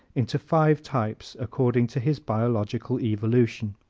into five types according to his biological evolution.